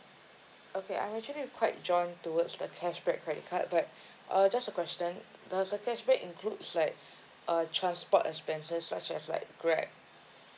okay I actually quite drawn towards the cashback credit card but uh just a question does the cashback includes like uh transport expenses such as like Grab